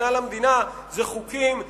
הסכנה למדינה היא חוקים גזעניים,